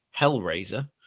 Hellraiser